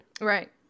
Right